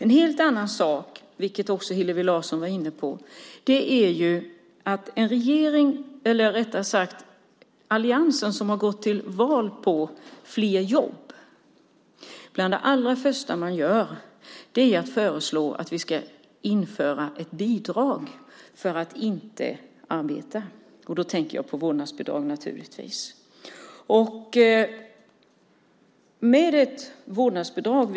En helt annan sak, vilket också Hillevi Larsson var inne på, är att alliansen som gick till val på fler jobb föreslår ett bidrag för att inte arbeta nästan det första de gör. Jag tänker förstås på vårdnadsbidraget.